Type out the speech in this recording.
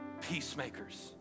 peacemakers